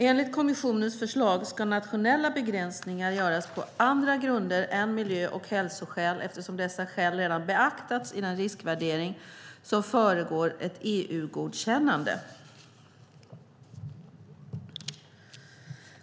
Enligt kommissionens förslag ska nationella begränsningar göras på andra grunder än miljö och hälsoskäl, eftersom dessa skäl redan beaktats i den riskvärdering som föregår ett EU-godkännande.